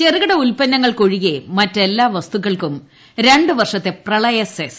ചെറുകിട ഉത്പന്നങ്ങൾക്ക് ഒഴികെ മറ്റെല്ലാ വസ്തുക്കൾക്കും രണ്ട് ് വർഷത്തെ പ്രളയ സെസ്